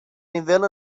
nivel